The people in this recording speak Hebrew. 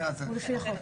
הוא לפי החוק.